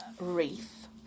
wreath